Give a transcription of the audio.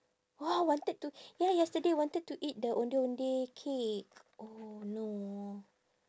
!wah! wanted to ya yesterday wanted to eat the ondeh ondeh cake oh no